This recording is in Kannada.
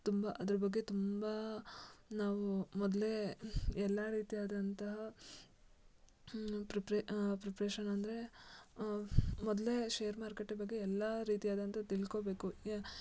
ತುಂಬ ಅದ್ರ ಬಗ್ಗೆ ತುಂಬ ನಾವು ಮೊದಲೇ ಎಲ್ಲ ರೀತಿ ಆದಂತಹ ಪ್ರಿಪ್ರೆ ಪ್ರಿಪ್ರೇಷನ್ ಅಂದರೆ ಮೊದಲೇ ಶೇರು ಮಾರುಕಟ್ಟೆ ಬಗ್ಗೆ ಎಲ್ಲ ರೀತಿಯಾದಂಥ ತಿಳ್ಕೋಬೇಕು ಯ